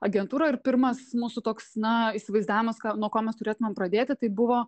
agentūra ir pirmas mūsų toks na įsivaizdavimas ką nuo ko mes turėtumėm pradėti tai buvo